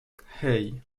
hey